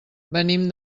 venim